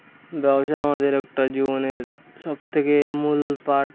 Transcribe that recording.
ব্যবসা আমাদের একটা জীবনের সবথেকে মূল পার্ট